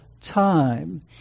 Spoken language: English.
time